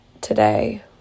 today